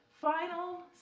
final